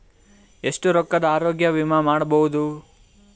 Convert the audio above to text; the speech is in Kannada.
ಎಷ್ಟ ರೊಕ್ಕದ ಆರೋಗ್ಯ ವಿಮಾ ಮಾಡಬಹುದು?